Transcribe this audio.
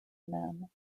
men